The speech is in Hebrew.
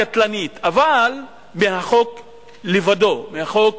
קטלנית, מהחוק לבדו, מהחוק